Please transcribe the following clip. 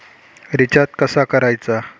Recharge कसा करायचा?